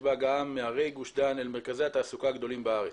בהגעה מערי גוש דן אל מרכזי התעסוקה הגדולים בארץ.